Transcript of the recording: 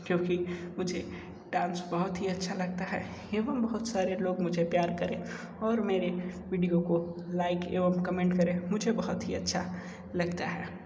क्योंकि मुझे डांस बहुत ही अच्छा लगता है एवं बहुत सारे लोग मुझे प्यार करें और मेरे वीडियो को लाइक एवं कमेंट करें मुझे बहुत ही अच्छा लगता है